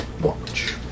Watch